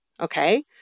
Okay